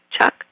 Chuck